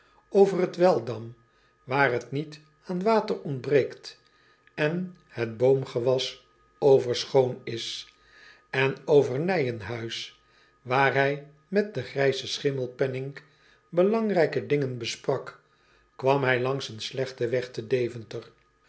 over t eldam waar het niet aan water ontbreekt en het boomgewas overschoon is en over ijenhuis waar hij met den grijzen chimmelpenninck belangrijke dingen besprak kwam hij langs een slechten weg te eventer